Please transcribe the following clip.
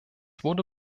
wurde